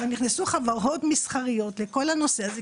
אבל נכסנו חברות מסחריות לכל הנושא הזה,